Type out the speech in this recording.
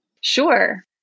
Sure